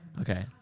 Okay